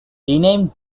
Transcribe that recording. renamed